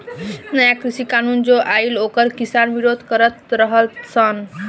नया कृषि कानून जो आइल ओकर किसान विरोध करत रह सन